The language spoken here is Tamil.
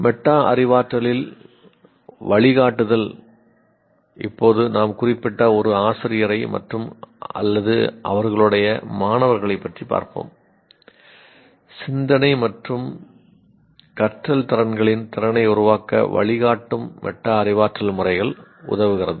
மெட்டா அறிவாற்றலில் வழிகாட்டுதல் மெட்டா அறிவாற்றல் முறைகள் உதவுகிறது